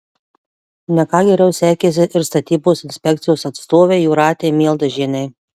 ne ką geriau sekėsi ir statybos inspekcijos atstovei jūratei mieldažienei